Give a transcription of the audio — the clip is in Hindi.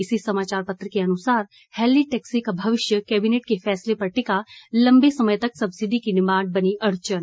इसी समाचार पत्र के अनुसार हेली टैक्सी का भविष्य कैबिनेट के फैसले पर टिका लंबे समय तक सब्सिडी की डिमांड अड़चन